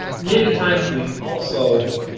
many times we also